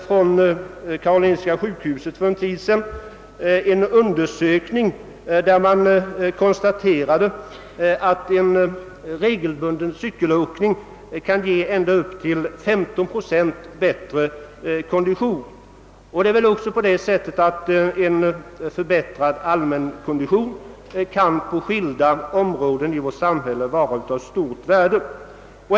Från karolinska sjukhuset publicerades för en tid sedan resultaten av en undersökning. Man konstaterade att regelbunden cykelåkning kan ge än da upp till 15 procent bättre kondition. Det är väl också på det sättet att en förbättrad allmänkondition kan vara av stort värde på skilda områden i vårt samhälle.